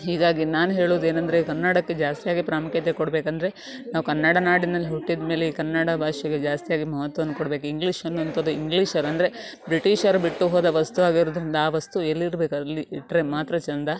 ಹೀಗಾಗಿ ನಾನು ಹೇಳೋದೇನಂದ್ರೆ ಕನ್ನಡಕ್ಕೆ ಜಾಸ್ತಿ ಆಗಿ ಪ್ರಾಮುಖ್ಯತೆ ಕೊಡಬೇಕಂದ್ರೆ ನಾವು ಕನ್ನಡ ನಾಡಿನಲ್ಲಿ ಹುಟ್ಟಿದಮೇಲೆ ಈ ಕನ್ನಡ ಭಾಷೆಗೆ ಜಾಸ್ತಿ ಆಗಿ ಮಹತ್ವವನ್ನು ಕೊಡ್ಬೇಕು ಇಂಗ್ಲಿಷ್ ಅನ್ನುವಂಥದ್ ಇಂಗ್ಲಿಷರು ಅಂದರೆ ಬ್ರಿಟೀಷರು ಬಿಟ್ಟು ಹೋದ ವಸ್ತು ಆಗಿರೋದರಿಂದ ಆ ವಸ್ತು ಎಲ್ಲಿರ್ಬೇಕು ಅಲ್ಲಿ ಇಟ್ಟರೆ ಮಾತ್ರ ಚಂದ